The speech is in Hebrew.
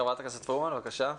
חברת הכנסת פרומן, בבקשה.